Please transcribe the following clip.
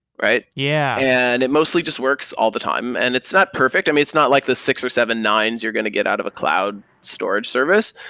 yeah and it mostly just works all the time, and it's not perfect. it's not like the six or seven nine s you're going to get out of a cloud storage service,